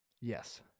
Yes